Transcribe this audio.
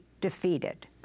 defeated